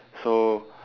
so